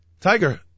Tiger